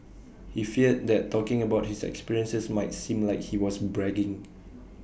he feared that talking about his experiences might seem like he was bragging